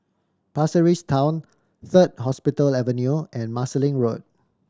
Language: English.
Pasir Ris Town Third Hospital Avenue and Marsiling Road